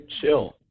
chill